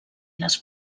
les